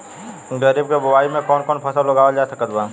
खरीब के बोआई मे कौन कौन फसल उगावाल जा सकत बा?